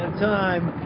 Time